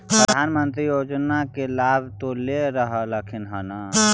प्रधानमंत्री बाला योजना के लाभ तो ले रहल्खिन ह न?